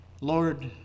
Lord